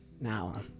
now